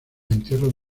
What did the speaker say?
entierro